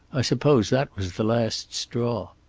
i suppose that was the last straw.